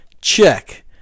Check